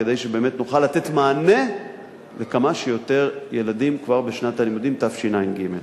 כדי שבאמת נוכל לתת מענה לכמה שיותר ילדים כבר בשנת הלימודים תשע"ג.